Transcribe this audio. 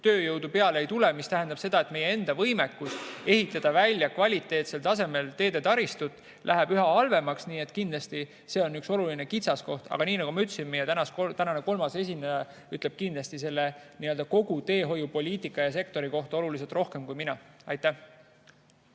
tööjõudu peale ei tule, mis tähendab, et meie enda võimekus ehitada välja kvaliteetsel tasemel teetaristut läheb üha halvemaks. Nii et kindlasti see on üks oluline kitsaskoht. Aga nii nagu ma ütlesin, meie tänane kolmas esineja ütleb kindlasti kogu teehoiupoliitika ja sektori kohta oluliselt rohkem kui mina. Siim